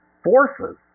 forces